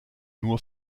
nur